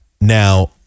now